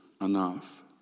enough